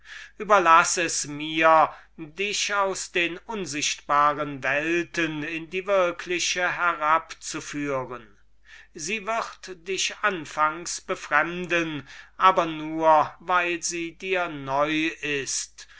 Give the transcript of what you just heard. überlaß es mir dich aus den unsichtbaren welten in die wirkliche herabzuführen sie wird dich anfangs befremden aber nur weil sie dir neu ist